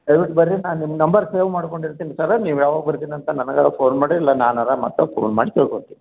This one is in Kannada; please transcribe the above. ದಯ್ವಿಟ್ಟು ಬರ್ರಿ ನಾ ನಿಮ್ಮ ನಂಬರ್ ಸೇವ್ ಮಾಡ್ಕೊಂಡು ಇರ್ತಿನಿ ಸರ್ ನೀವು ಯಾವಾಗ ಬರ್ತಿನಂತ ನನಗಾರ ಫೋನ್ ಮಾಡಿ ಇಲ್ಲ ನಾನಾರ ಮತ್ತೆ ಫೋನ್ ಮಾಡಿ ತಿಳ್ಕೊಳ್ತೀನಿ